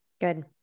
Good